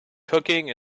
cooking